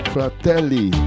Fratelli